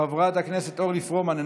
חברת הכנסת אימאן ח'טיב יאסין,